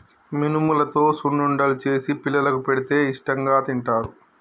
మినుములతో సున్నుండలు చేసి పిల్లలకు పెడితే ఇష్టాంగా తింటారు